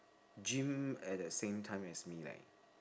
gym at the same time as me leh